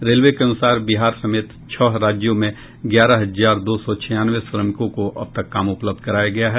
railway के अनुसार बिहार समेत छह राज्यों में ग्यारह हजार दो सौ छियानवे श्रमिकों को अबतक काम उपलब्ध कराया गया है